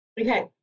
Okay